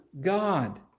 God